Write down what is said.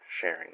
sharing